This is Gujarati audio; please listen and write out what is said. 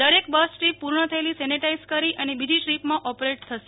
દરેક બસ ટ્રીપ પૂર્ણ થયેથી સેનેટાઈઝ કરી અને બીજી ટ્રીપમાં ઓપરેટ થશે